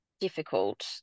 difficult